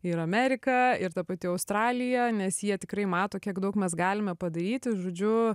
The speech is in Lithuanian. ir amerika ir ta pati australija nes jie tikrai mato kiek daug mes galime padaryti žodžiu